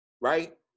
right